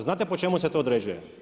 Znate po čemu se to određuje?